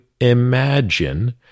imagine